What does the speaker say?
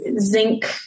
zinc